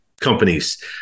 companies